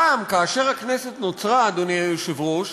פעם, כאשר הכנסת נוצרה, אדוני היושב-ראש,